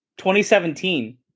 2017